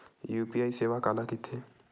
UPI सेवा काला कइथे?